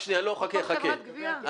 עוד פעם חברת גבייה?